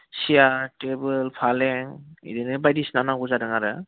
सियार table फालें इदिनो बायदिसिना नांगौ जादों आरो